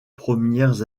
premières